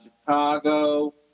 Chicago